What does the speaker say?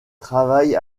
travaille